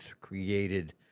created